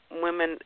Women